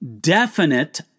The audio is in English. definite